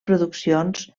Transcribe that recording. produccions